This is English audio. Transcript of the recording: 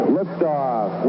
Liftoff